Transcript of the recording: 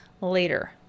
later